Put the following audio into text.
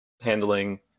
handling